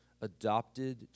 Adopted